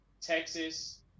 Texas